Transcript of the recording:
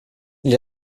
gli